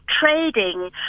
trading